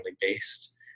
based